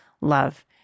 love